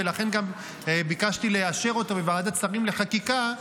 לכן גם ביקשתי לאשר אותו בוועדת שרים לחקיקה,